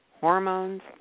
hormones